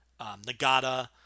Nagata